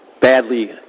badly